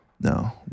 No